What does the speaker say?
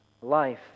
life